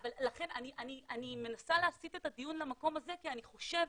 לכן אני מנסה להסיט את הדיון למקום הזה כי אני חושבת,